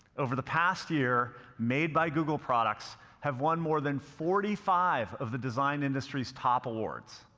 over the past year, made by google products have won more than forty five of the design industry's top awards.